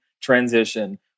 transition